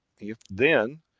if, then,